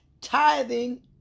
Tithing